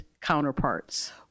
counterparts